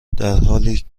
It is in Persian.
درحالیکه